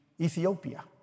Ethiopia